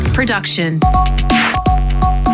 Production